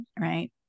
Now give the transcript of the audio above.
right